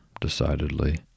decidedly